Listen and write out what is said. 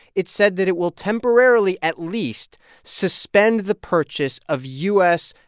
it said that it will temporarily at least suspend the purchase of u s.